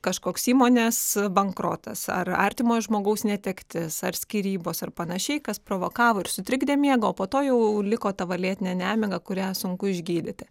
kažkoks įmonės bankrotas ar artimo žmogaus netektis ar skyrybos ar panašiai kas provokavo ir sutrikdė miegą o po to jau liko ta va lėtinė nemiga kurią sunku išgydyti